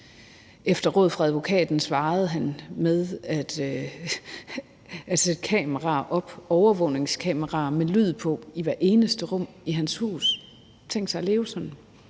Efter råd fra advokaten svarede han med at sætte overvågningskameraer med lyd på op i hvert eneste rum i hans hus. Tænk sig at leve sådan.